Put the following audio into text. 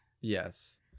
Yes